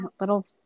little